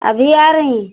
अभी आ रहीं